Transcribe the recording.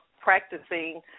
practicing